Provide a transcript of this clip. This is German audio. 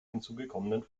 hinzugekommenen